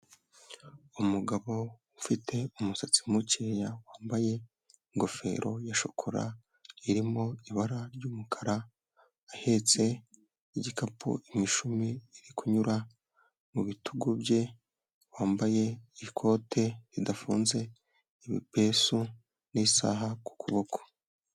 Umugabo ufite umusatsi mukeya, wambaye ingofero ya shokora irimo ibara ry'umukara, ahetse igikapu imishumi iri kunyura mu bitugu bye, wambaye ikote ridafunze ibipesu n'isaha ku kuboko.